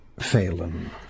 Phelan